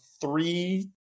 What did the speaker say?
three